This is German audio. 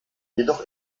jedoch